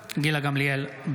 (קורא בשמות חברי הכנסת) גילה גמליאל,